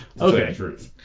Okay